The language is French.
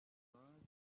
personnages